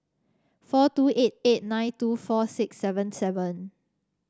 four two eight eight nine two four six seven seven